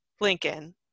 Lincoln